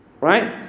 Right